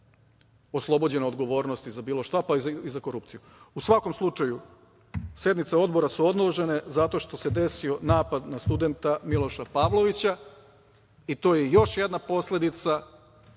oslobođena odgovornosti za bilo šta, pa i za korupciju.U svakom slučaju, sednice Odbora su odložene zato što se desio napad na studenta Miloša Pavlovića i to je još jedna posledica